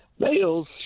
Males